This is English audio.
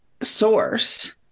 source